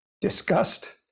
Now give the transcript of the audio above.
disgust